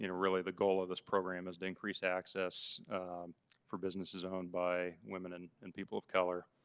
you know really the goal of this program is to increase access for businesses owned by women and people of color.